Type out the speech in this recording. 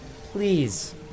Please